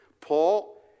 Paul